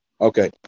Okay